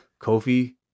Kofi